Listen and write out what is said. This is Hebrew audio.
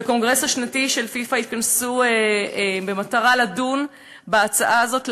בקונגרס השנתי של פיפ"א התכנסו במטרה לדון בהצעה הזאת,